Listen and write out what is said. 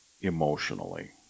emotionally